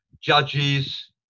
judges